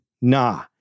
nah